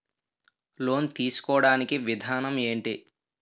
Loan తీసుకోడానికి విధానం ఏంటి?